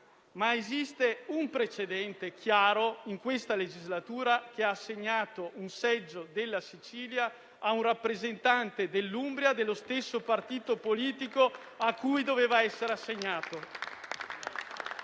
ma esiste un precedente chiaro in questa legislatura, che ha assegnato un seggio della Sicilia a un rappresentante dell'Umbria dello stesso partito politico cui doveva essere assegnato.